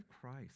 Christ